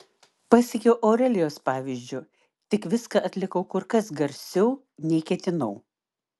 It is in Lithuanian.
pasekiau aurelijos pavyzdžiu tik viską atlikau kur kas garsiau nei ketinau